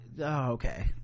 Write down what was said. okay